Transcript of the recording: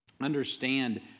understand